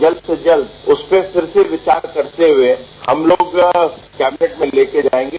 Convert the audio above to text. जल्द से जल्द उसपे फिर से विचार करते हुए हम लोग कैबिनेट में ले के जायेंगे